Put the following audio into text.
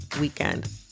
weekend